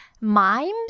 mimes